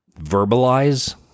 verbalize